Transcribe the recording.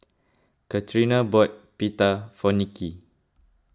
Catrina bought Pita for Nicki